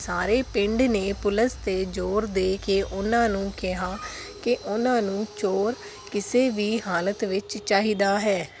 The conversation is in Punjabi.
ਸਾਰੇ ਪਿੰਡ ਨੇ ਪੁਲਿਸ 'ਤੇ ਜ਼ੋਰ ਦੇ ਕੇ ਉਨਾਂ ਨੂੰ ਕਿਹਾ ਕਿ ਉਹਨਾਂ ਨੂੰ ਚੋਰ ਕਿਸੇ ਵੀ ਹਾਲਤ ਵਿੱਚ ਚਾਹੀਦਾ ਹੈ